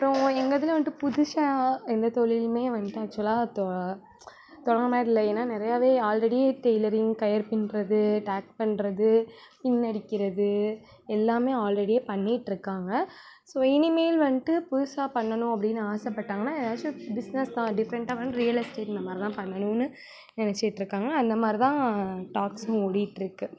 அப்புறம் எங்கள் இதில் வந்துட்டு புதுசா எந்த தொழிலுமே வந்துட்டு ஆக்சுவலாக தொ தொடங்கின மாதிரி இல்லை ஏன்னால் நிறையாவே ஆல்ரெடியே டைலரிங் கயிறு பின்னுறது டேக் பண்ணுறது பின் அடிக்கிறது எல்லாமே ஆல்ரெடியே பண்ணிகிட்ருக்காங்க ஸோ இனிமேல் வந்துட்டு புதுசாக பண்ணணும் அப்படின்னு ஆசைப்பட்டாங்கன்னா ஏதாச்சும் பிஸ்னஸ் தான் டிஃப்ரெண்ட்டாக வந் ரியல் எஸ்டேட் இந்த மாதிரி தான் பண்ணணும்னு நினச்சிட்டுருக்காங்க அந்த மாதிரி தான் டாக்ஸ்ஸு ம் ஓடிகிட்ருக்கு